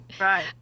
Right